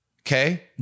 Okay